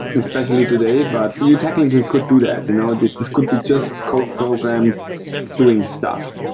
especially today. but you technically could do that. you know this this could be just code programs doing stuff.